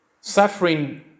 suffering